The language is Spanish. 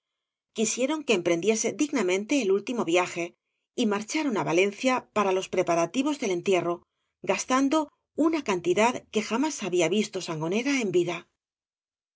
quisieron que emprendiese dignamente el último viaje y marcharon á valencia para los preparativos del eatierro gastando una cantidad que jamás había visto sangonera en vida